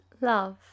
love